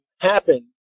happen